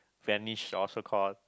vanish or so call